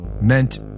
meant